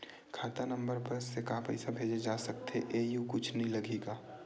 खाता नंबर बस से का पईसा भेजे जा सकथे एयू कुछ नई लगही का?